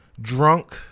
drunk